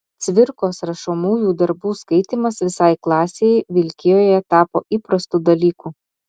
cvirkos rašomųjų darbų skaitymas visai klasei vilkijoje tapo įprastu dalyku